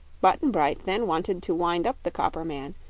button-bright then wanted to wind up the copper man,